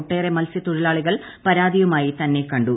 ഒട്ടേറെ മൽസ്യത്തൊഴിലാളികൾ പുരാതിയുമായി തന്നെ കണ്ടു